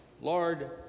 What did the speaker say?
Lord